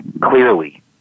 clearly